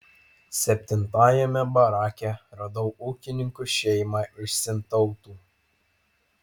septintajame barake radau ūkininkų šeimą iš sintautų